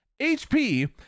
HP